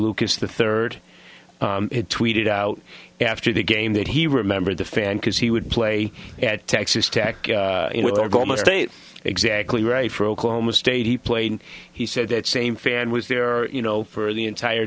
lucas the third tweeted out after the game that he remembered the fan because he would play at texas tech state exactly right for oklahoma state he played and he said that same fan was there you know for the entire